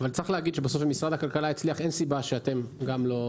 אם משרד הכלכלה הצליח, אין סיבה שאתם לא.